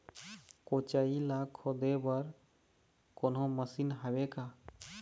कोचई ला खोदे बर कोन्हो मशीन हावे का?